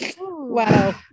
wow